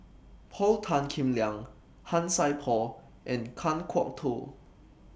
Paul Tan Kim Liang Han Sai Por and Kan Kwok Toh